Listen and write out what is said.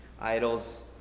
idols